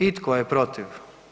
I tko je protiv?